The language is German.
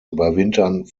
überwintern